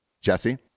Jesse